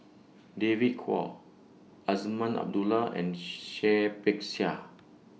David Kwo Azman Abdullah and Seah Peck Seah